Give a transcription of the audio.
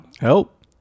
Help